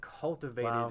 cultivated